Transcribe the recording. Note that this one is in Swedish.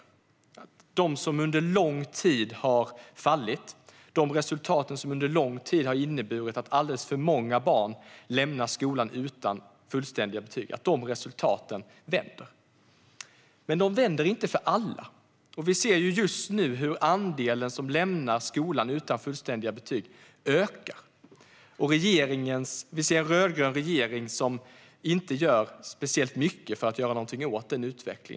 De resultat som under lång tid har fallit och som har inneburit att alldeles för många barn lämnar skolan utan fullständiga betyg vänder. De vänder dock inte för alla. Vi ser också just nu hur den andel som lämnar skolan utan fullständiga betyg ökar. Sverige har en rödgrön regering som inte gör speciellt mycket för att ändra denna utveckling.